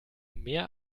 mehr